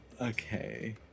Okay